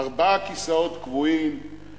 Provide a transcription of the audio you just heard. ארבעה כיסאות קבועים,